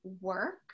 work